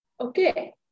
Okay